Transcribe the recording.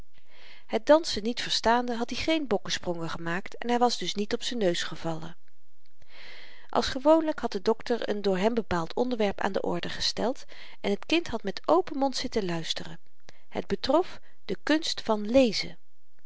het dansen niet verstaande had i geen bokkesprongen gemaakt en hy was dus niet op z'n neus gevallen als gewoonlyk had de dokter een door hem bepaald onderwerp aan de orde gesteld en het kind had met open mond zitten luisteren het betrof de kunst van lezen